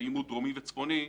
ואם הוא דרומי וצפוני,